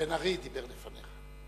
בן-ארי דיבר לפניך.